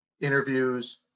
Interviews